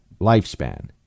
lifespan